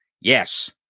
Yes